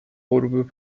غروب